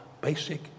basic